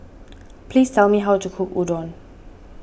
please tell me how to cook Udon